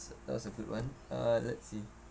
that was a good one uh let's see